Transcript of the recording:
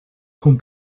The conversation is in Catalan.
com